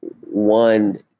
one